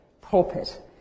pulpit